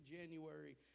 January